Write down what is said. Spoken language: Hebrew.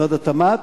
משרד התמ"ת,